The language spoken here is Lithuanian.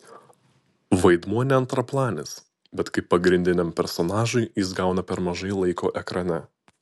vaidmuo ne antraplanis bet kaip pagrindiniam personažui jis gauna per mažai laiko ekrane